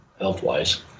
health-wise